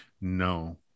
No